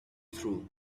through